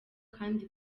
kandi